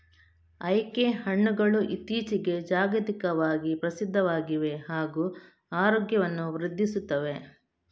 acai ಹಣ್ಣುಗಳು ಇತ್ತೀಚಿಗೆ ಜಾಗತಿಕವಾಗಿ ಪ್ರಸಿದ್ಧವಾಗಿವೆ ಹಾಗೂ ಆರೋಗ್ಯವನ್ನು ವೃದ್ಧಿಸುತ್ತವೆ